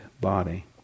body